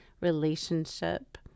relationship